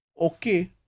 okay